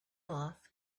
off